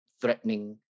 threatening